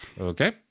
Okay